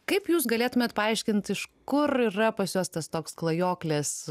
kaip jūs galėtumėt paaiškint iš kur yra pas juos tas toks klajoklės